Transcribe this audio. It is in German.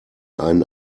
ein